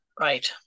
Right